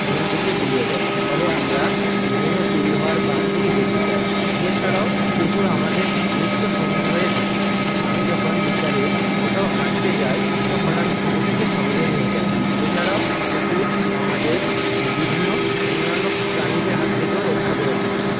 ঘুম থেকে তুলিয়ে দেয় ফলে আমরা বিভিন্ন চুরি হওয়ার বা হাত থেকে বেঁচে যায় এছাড়াও কুকুর আমাদের নিত্য সঙ্গী হয়ে থাকে আমি যখন বিকালে কোথাও হাঁটতে যাই তখন আমি কুকুরটিকে সঙ্গে নিয়ে যাই এছাড়াও কুকুর আমাদের বিভিন্ন অন্যান্য প্রাণীদের হাত থেকেও রক্ষা করে থাকে